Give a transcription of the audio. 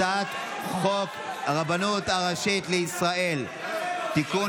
הצעת חוק הרבנות הראשית לישראל (תיקון,